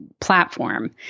platform